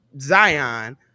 Zion